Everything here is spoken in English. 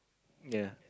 ya